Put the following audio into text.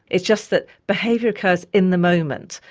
it's just that behaviour occurs in the moment,